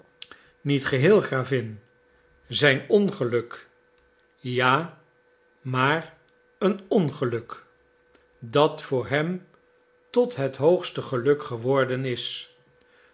niet geheel gravin zijn ongeluk ja maar een ongeluk dat voor hem tot het hoogste geluk geworden is